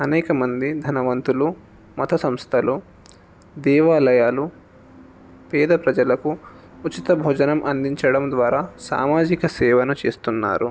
అనేక మంది ధనవంతులు మత సంస్థలు దేవాలయాలు పేద ప్రజలకు ఉచిత భోజనం అందించడం ద్వారా సామాజిక సేవను చేస్తున్నారు